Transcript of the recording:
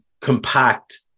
compact